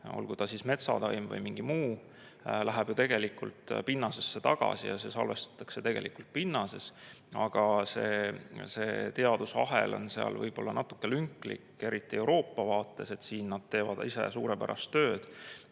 olgu see metsataim või mingi muu, läheb ju tegelikult pinnasesse tagasi ja see salvestatakse pinnases. Aga see teadusahel on seal võib-olla natuke lünklik, eriti Euroopa vaates. Siin nad teevad ise suurepärast tööd